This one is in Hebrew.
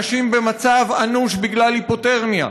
אנשים במצב אנוש בגלל היפותרמיה.